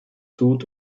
tut